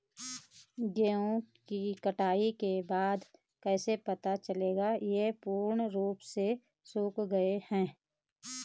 गेहूँ की कटाई के बाद कैसे पता चलेगा ये पूर्ण रूप से सूख गए हैं?